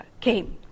came